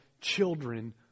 children